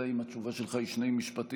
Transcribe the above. אלא כן אם התשובה שלך היא שני משפטים.